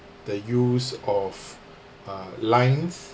the use of uh lines